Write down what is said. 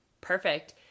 perfect